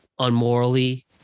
unmorally